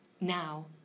Now